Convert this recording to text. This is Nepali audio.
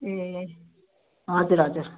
ए हजुर हजुर